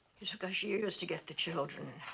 it took us years to get the children.